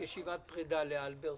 ישיבת פרידה לאלברט,